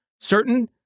certain